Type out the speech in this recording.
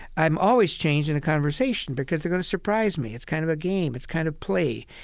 i'm always changed in a conversation because they're going to surprise me. it's kind of a game, it's kind of play.